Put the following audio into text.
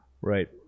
right